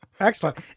Excellent